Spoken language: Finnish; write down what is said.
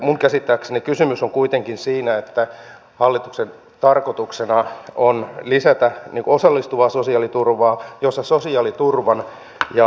minun käsittääkseni kysymys on kuitenkin siitä että hallituksen tarkoituksena on lisätä osallistavaa sosiaaliturvaa jossa sosiaaliturva ja palkka yhteensovitetaan